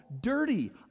dirty